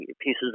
pieces